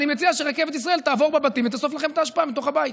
אני מציע שרכבת ישראל תעבור בבתים ותאסוף לכם את האשפה מתוך הבית.